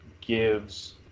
gives